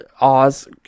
Oz